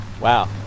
Wow